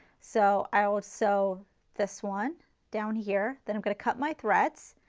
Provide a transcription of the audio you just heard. so i will sew this one down here then i'm going to cut my threads,